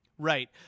Right